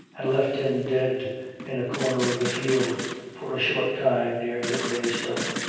and left him dead in a corner of the field for a short time near the grey stone.